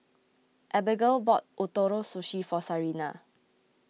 Abagail bought Ootoro Sushi for Sarina